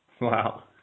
wow